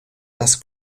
das